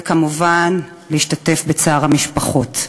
וכמובן להשתתף בצער המשפחות.